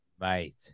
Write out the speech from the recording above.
Mate